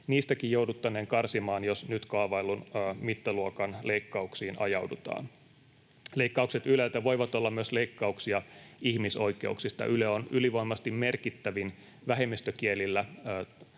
Niistäkin jouduttaneen karsimaan, jos nyt kaavaillun mittaluokan leikkauksiin ajaudutaan. Leikkaukset Yleltä voivat olla myös leikkauksia ihmisoikeuksista. Yle on ylivoimaisesti merkittävin vähemmistökielillä